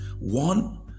one